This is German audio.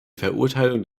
verurteilung